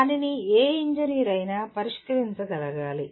దానిని ఏ ఇంజనీర్ అయినా పరిష్కరించగలగాలి